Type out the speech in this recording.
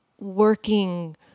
working